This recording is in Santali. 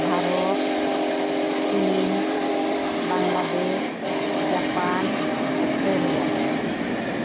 ᱵᱷᱟᱨᱚᱛ ᱪᱤᱱ ᱵᱟᱝᱞᱟᱫᱮᱥ ᱡᱟᱯᱟᱱ ᱳᱥᱴᱨᱮᱞᱤᱭᱟ